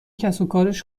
کسوکارش